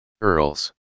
earls